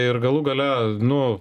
ir galų gale nu